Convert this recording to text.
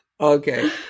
Okay